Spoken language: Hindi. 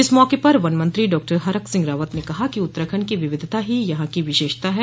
इस मौके पर वन मंत्री डॉहरक सिंह रावत ने कहा कि उत्तराखण्ड की विविधता ही यहां की विशेषता है